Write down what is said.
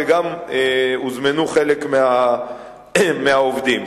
וגם הוזמנו חלק מהעובדים.